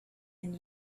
and